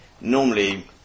normally